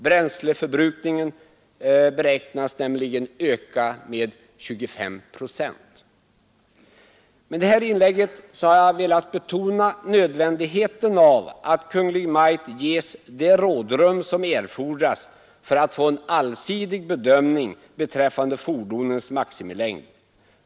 Bränsleförbrukningen beräknas nämligen öka med 25 procent. Med det här inlägget har jag velat betona nödvändigheten av att Kungl. Maj:t ges det rådrum som erfordras för att få en allsidig bedömning beträffande fordonens maximilängd.